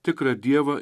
tikrą dievą